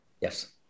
Yes